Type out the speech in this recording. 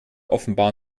offenbar